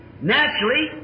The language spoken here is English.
naturally